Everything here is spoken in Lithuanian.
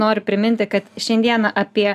noriu priminti kad šiandieną apie